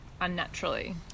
unnaturally